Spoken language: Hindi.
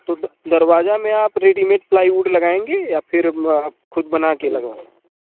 तो द दरवाजा में आप रेडीमेड प्लाईवुड लगाएँगे या फिर आप खुद बना के लगवाएँ